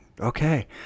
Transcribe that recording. Okay